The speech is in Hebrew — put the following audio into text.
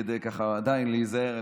כדי עדיין להיזהר,